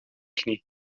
knie